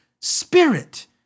spirit